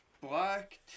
Black